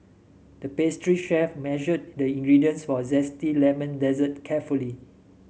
the pastry chef measured the ingredients for a zesty lemon dessert carefully